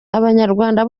abanyarwanda